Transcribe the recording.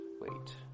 Wait